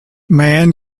man